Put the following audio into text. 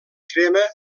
crema